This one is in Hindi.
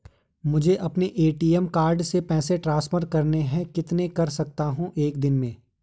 मुझे अपने ए.टी.एम कार्ड से पैसे ट्रांसफर करने हैं कितने कर सकता हूँ एक दिन में?